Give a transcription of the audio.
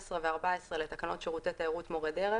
12 ו-14 לתקנות שירותי תיירות (מורי דרך),